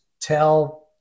tell